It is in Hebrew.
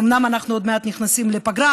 אומנם אנחנו עוד מעט נכנסים לפגרה,